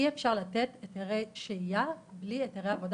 אי אפשר לתת היתרי שהייה בלי היתרי עבודה,